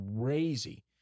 crazy